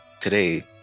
today